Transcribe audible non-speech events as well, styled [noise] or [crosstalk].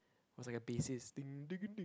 was like a bassist [noise]